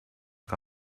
que